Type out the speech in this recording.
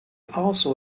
also